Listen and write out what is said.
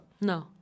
No